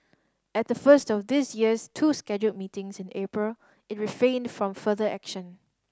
at the first of this year's two scheduled meetings in April it refrained from further action